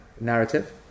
narrative